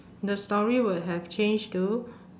the story would have changed to